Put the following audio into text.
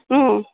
ಹ್ಞೂ